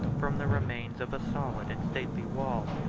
from the remains of a solid and stately wall,